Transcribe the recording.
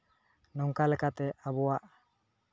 ᱱᱚᱝᱠᱟ ᱞᱮᱠᱟᱛᱮ ᱟᱵᱚᱣᱟᱜ